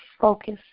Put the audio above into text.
focus